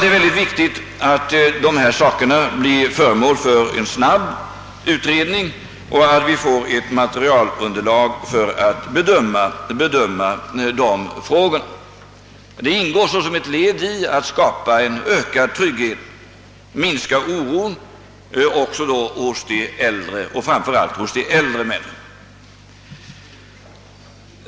Det är mycket viktigt att dessa frågor snabbt utredes, så att vi får ett sakligt underlag för att bedöma dem. Det är ett led i försöken att skapa ökad trygghet och minska oron hos framför allt de äldre.